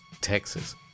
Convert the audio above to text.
Texas